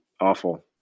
awful